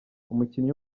umukinnyi